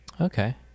okay